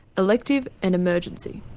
elective and emergency.